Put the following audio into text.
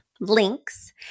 links